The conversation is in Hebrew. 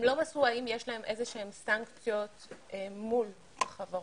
הם לא מסרו האם יש להם איזה שהן סנקציות מול חברות